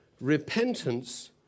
repentance